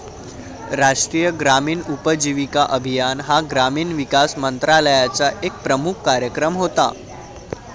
राष्ट्रीय ग्रामीण उपजीविका अभियान हा ग्रामीण विकास मंत्रालयाचा एक प्रमुख कार्यक्रम होता